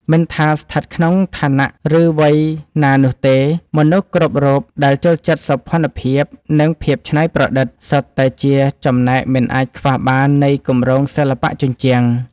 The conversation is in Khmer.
មិនថាស្ថិតក្នុងឋានៈ ឬវ័យណានោះទេ មនុស្សគ្រប់រូបដែលចូលចិត្តសោភ័ណភាព និងភាពច្នៃប្រឌិត សុទ្ធតែជាចំណែកមិនអាចខ្វះបាននៃគម្រោងសិល្បៈជញ្ជាំង។